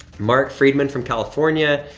mark friedman from california,